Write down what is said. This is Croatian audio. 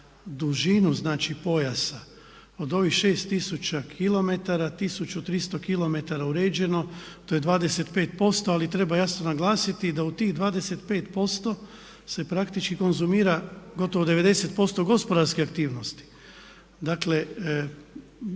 dužinu znači pojasa, od ovih 6 tisuća kilometara 1300 kilometara uređeno to je 25% ali treba jasno naglasiti da u tih 25% se praktički konzumira gotovo 90% gospodarske aktivnosti. Dakle